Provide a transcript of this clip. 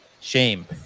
Shame